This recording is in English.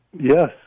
yes